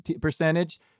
percentage